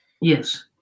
Yes